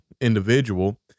individual